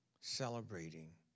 celebrating